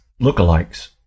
lookalikes